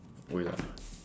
oh ya lah